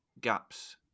gaps